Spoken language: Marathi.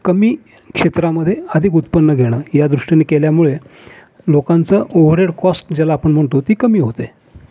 कमी क्षेत्रामध्ये अधिक उत्पन्न घेणं या दृष्टीनं केल्यामुळं लोकांचं ओव्हरेड कॉस्ट ज्याला आपण म्हणतो ती कमी होते